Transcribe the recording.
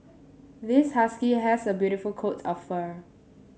this husky has a beautiful coat of fur